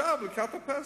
חמץ, עכשיו לקראת הפסח,